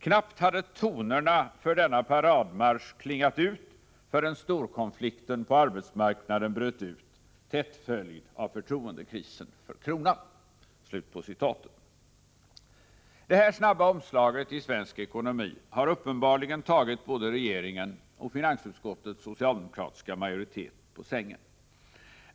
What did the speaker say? Knappt hade tonerna för denna paradmarsch klingat ut förrän storkonflikten på arbetsmarknaden bröt ut, tätt följd av förtroendekrisen för kronan.” Det här snabba omslaget i svensk ekonomi har uppenbarligen tagit både regeringen och finansutskottets socialdemokratiska majoritet på sängen.